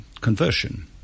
conversion